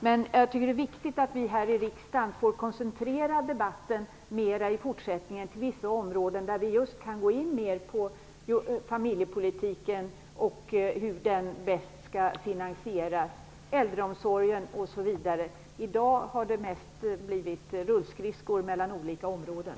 Men det är viktigt att vi här i riksdagen i fortsättningen får koncentrera debatten mer till vissa områden, så att vi mer kan gå in på hur just familjepolitiken, äldreomsorgen osv. bäst kan finansieras. I dag har vi mest åkt rullskridskor mellan olika områden.